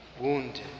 wounded